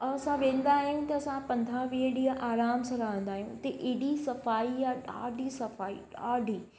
ऐं असां वेंदा आहियूं त असां पंद्रहं वीह ॾींह आराम सां रहंदा आहियूं उते एॾी सफाई आहे ॾाढी सफाई आहे ॾाढी